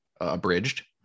abridged